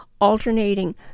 alternating